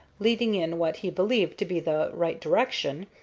leading in what he believed to be the right direction,